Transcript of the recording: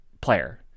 player